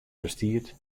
bestiet